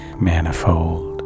manifold